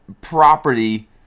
property